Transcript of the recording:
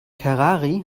ferrari